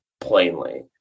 plainly